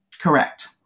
Correct